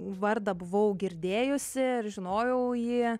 vardą buvau girdėjusi ir žinojau jį